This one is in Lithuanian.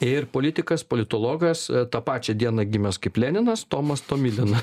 ir politikas politologas tą pačią dieną gimęs kaip leninas tomas tomilina